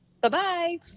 Bye-bye